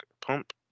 pump